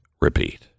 repeat